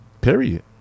Period